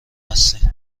هستین